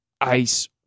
ice